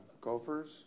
gophers